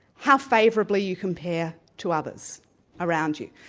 how favourably you compare to others around you.